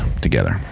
together